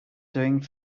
doing